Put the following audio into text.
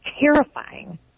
Terrifying